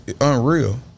unreal